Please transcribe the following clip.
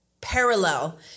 parallel